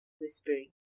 whispering